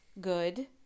good